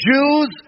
Jews